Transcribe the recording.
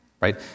right